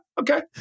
okay